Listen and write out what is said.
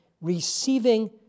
receiving